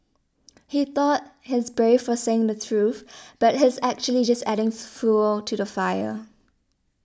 he thought he's brave for saying the truth but he's actually just adding fuel to the fire